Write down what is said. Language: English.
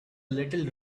little